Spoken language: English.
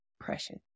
precious